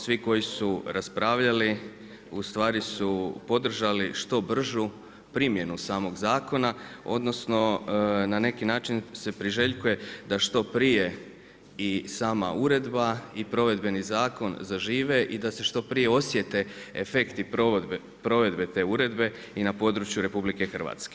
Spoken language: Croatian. Svi koji su raspravljali u stvari su podržali što bržu primjenu samog zakona, odnosno na neki način se priželjkuje da što prije i sama uredba i provedbeni zakon zažive i da se što prije osjete efekti provedbe te uredbe i na području RH.